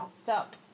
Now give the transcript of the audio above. stop